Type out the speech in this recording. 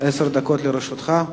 עשר דקות לרשותך.